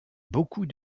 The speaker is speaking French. beaucoup